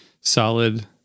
solid